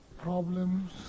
problems